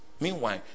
Meanwhile